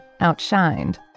outshined